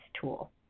Tool